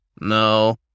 No